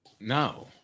No